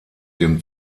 dem